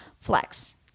flex